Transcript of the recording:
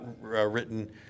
written